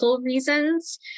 reasons